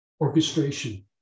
orchestration